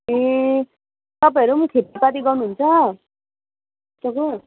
ए तपैहरूम् खतीपाती गर्नु हुन्छ